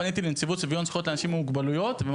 פניתי לנציבות שוויון זכויות לאנשים עם מוגבלויות והם